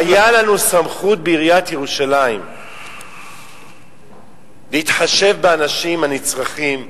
היתה לנו סמכות בעיריית ירושלים להתחשב באנשים הנצרכים,